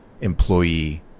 employee